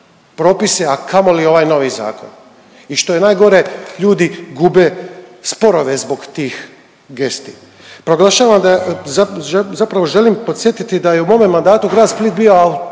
a kamoli ovaj novi zakon i što je najgore ljudi gube sporove zbog tih gesti. Proglašavam da zapravo želim podsjetiti da je u mome mandatu Grad Split bio